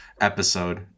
episode